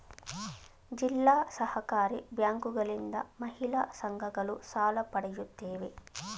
ಜಿಲ್ಲಾ ಸಹಕಾರಿ ಬ್ಯಾಂಕುಗಳಿಂದ ಮಹಿಳಾ ಸಂಘಗಳು ಸಾಲ ಪಡೆಯುತ್ತವೆ